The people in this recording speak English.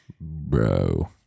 bro